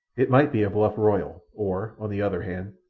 it might be a bluff royal, or, on the other hand,